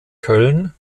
köln